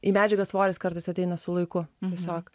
į medžiagą svoris kartais ateina su laiku tiesiog